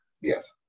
yes